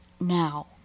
now